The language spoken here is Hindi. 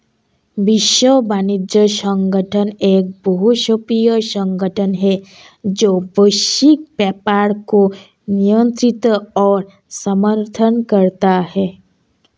विश्व वाणिज्य संगठन एक बहुपक्षीय संगठन है जो वैश्विक व्यापार को नियंत्रित और समर्थन करता है